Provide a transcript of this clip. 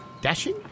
Dashing